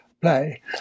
play